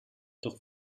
doch